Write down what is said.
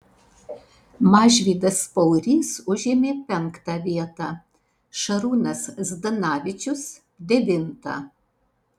mažvydas paurys užėmė penktą vietą šarūnas zdanavičius devintą